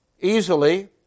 easily